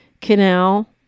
canal